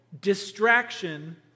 distraction